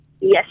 Yes